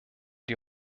die